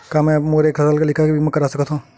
का मै मोर एक साल के लइका के बीमा करवा सकत हव?